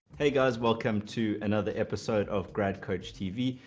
hey guys, welcome to another episode of grad coach tv.